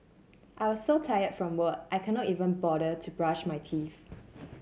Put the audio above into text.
I was so tired from work I could not even bother to brush my teeth